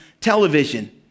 television